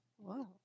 Wow